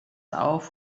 auf